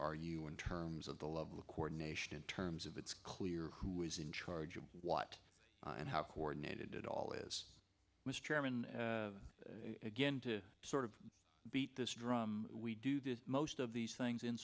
are you in terms of the level of coordination in terms of it's clear who is in charge of what and how coordinated it all is mr chairman again to sort of beat this drum we do this most of these things in